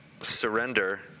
surrender